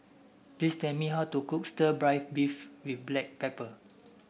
please tell me how to cook Stir Fried Beef with Black Pepper